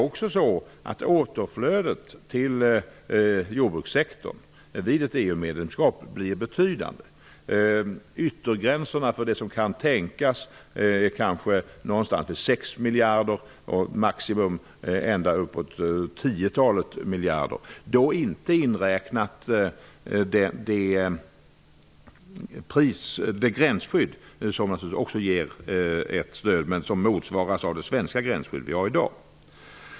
Dessutom blir återflödet till jordbrukssektorn betydande vid ett EU-medlemskap. De yttre ramarna för det som kan tänkas ligger någonstans vid sex miljarder och ända uppåt tio miljarder. Då är inte det gränsskydd som naturligtvis också ger ett stöd inräknat. Det stödet motsvaras av det svenska gränsskydd som vi har i dag.